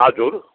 हजुर